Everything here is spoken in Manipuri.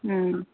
ꯎꯝ